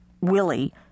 Willie